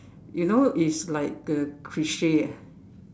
you know it's like the cliche ah